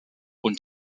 und